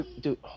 dude